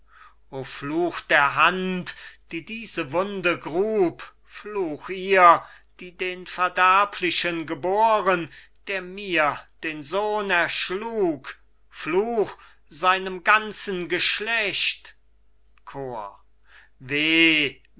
fluch der hand die diese wunde grub fluch ihr die den verderblichen geboren der mir den sohn erschlug fluch seinem ganzen geschlecht chor wehe